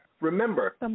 Remember